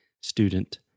student